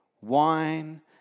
wine